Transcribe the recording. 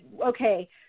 okay